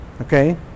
Okay